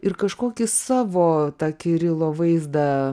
ir kažkokį savo tą kirilo vaizdą